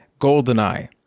GoldenEye